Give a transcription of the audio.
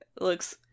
looks